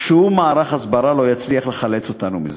שום מערך הסברה לא יצליח לחלץ אותנו מזה.